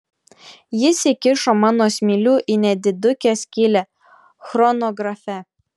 jis įkišo mano smilių į nedidukę skylę chronografe